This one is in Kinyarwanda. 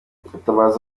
gatabazi